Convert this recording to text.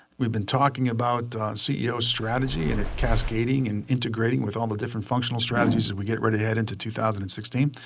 we've been talking about ceo strategy and cascading and integrating with all the different functional strategies as we get right ahead into two thousand and sixteen.